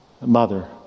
mother